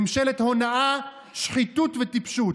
ממשלת הונאה, שחיתות וטיפשות.